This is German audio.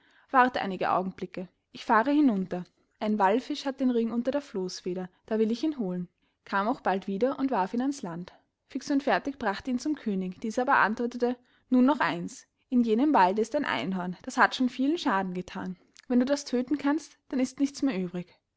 wart einige augenblicke ich fahre hinunter ein wallfisch hat den ring unter der floßfeder da will ich ihn holen kam auch bald wieder und warf ihn ans land fix und fertig bracht ihn zum könig dieser aber antwortete nun noch eins in jenem walde ist ein einhorn das hat schon vielen schaden gethan wenn du das tödten kannst dann ist nichts mehr übrig